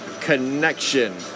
connection